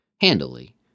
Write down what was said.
handily